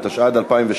198), התשע"ד 2013,